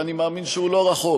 ואני מאמין שהוא לא רחוק.